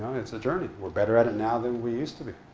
it's a journey we're better at it now than we used to be